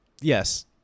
Yes